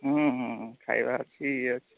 ହୁଁ ହୁଁ ହୁଁ ଖାଇବା ଅଛି ଇଏ ଅଛି